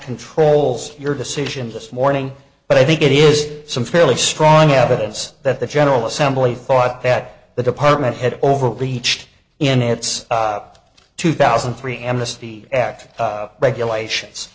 controls your decision this morning but i think it is some fairly strong evidence that the general assembly thought that the department head overreached in its two thousand and three amnesty act regulations